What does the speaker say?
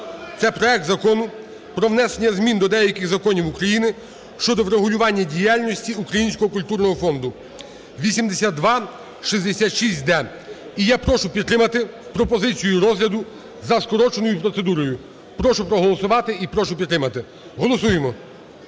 Це проект Закону про внесення змін до деяких законів України щодо врегулювання діяльності Українського культурного фонду (8266-д). І я прошу підтримати пропозицію розгляду за скороченою процедурою, прошу проголосувати і прошу підтримати. Голосуємо.